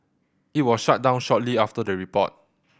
it was shut down shortly after the report